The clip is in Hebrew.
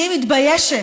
אני מתביישת.